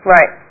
Right